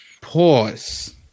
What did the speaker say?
Pause